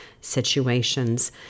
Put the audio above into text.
situations